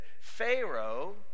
Pharaoh